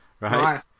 right